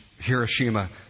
Hiroshima